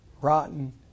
rotten